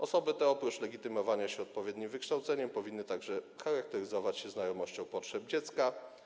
Osoby te oprócz legitymowania się odpowiednim wykształceniem powinny także charakteryzować się znajomością potrzeb dziecka.